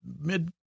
mid